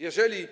Jeżeli